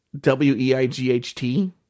W-E-I-G-H-T